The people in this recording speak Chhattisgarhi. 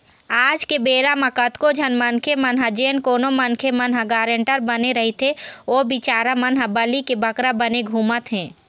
आज के बेरा म कतको झन मनखे मन ह जेन कोनो मनखे मन ह गारंटर बने रहिथे ओ बिचारा मन ह बली के बकरा बने घूमत हें